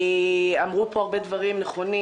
אמרו פה הרבה דברים נכונים,